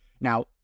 Now